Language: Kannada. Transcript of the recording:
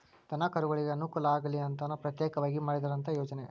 ದನಕರುಗಳಿಗೆ ಅನುಕೂಲ ಆಗಲಿ ಅಂತನ ಪ್ರತ್ಯೇಕವಾಗಿ ಮಾಡಿದಂತ ಯೋಜನೆ